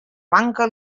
banca